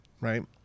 right